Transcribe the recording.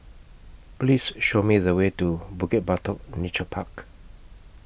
Please Show Me The Way to Bukit Batok Nature Park